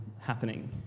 happening